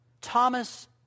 Thomas